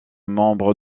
membre